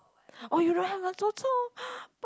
orh you don't have the chou chou